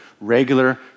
regular